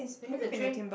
that means the tray